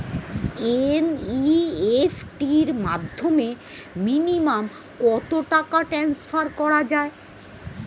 NEFT র মাধ্যমে minimum কত টাকা ট্রান্সফার করা যায়?